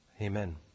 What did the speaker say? Amen